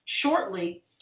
shortly